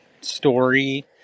story